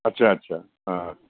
আচ্ছা আচ্ছা অঁ